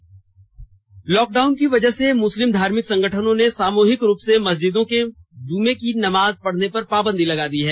नमाज अदा लॉकडाउन की वजह से मुस्लिम धार्मिक संगठनों ने सामुहिक रूप से मसज्जिदों में जमे की नमाज पढ़ने पर पाबंदी लगा दी है